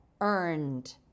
earned